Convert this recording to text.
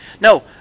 No